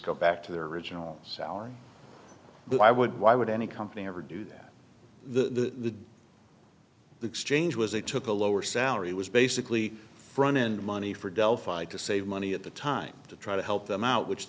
go back to their original salary but why would why would any company ever do that the exchange was they took a lower salary was basically front end money for delphi to save money at the time to try to help them out which